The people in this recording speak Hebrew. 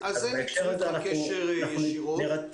הם ייצרו איתך קשר ישירות.